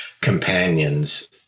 companions